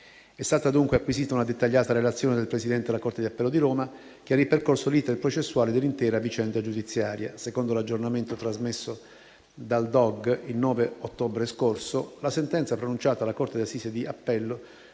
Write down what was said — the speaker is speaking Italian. È stata dunque acquisita una dettagliata relazione del Presidente della corte di appello di Roma, che ha ripercorso l'*iter* processuale dell'intera vicenda giudiziaria. Secondo l'aggiornamento trasmesso dal Dipartimento dell'organizzazione giudiziaria (DOG) il 9 ottobre scorso, la sentenza pronunciata dalla corte di assise di appello